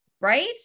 Right